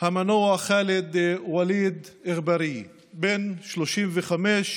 המנוח חאלד וליד אגבאריה, בן 35,